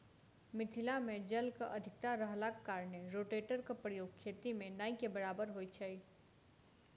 मिथिला मे जलक अधिकता रहलाक कारणेँ रोटेटरक प्रयोग खेती मे नै के बराबर होइत छै